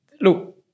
Look